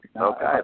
okay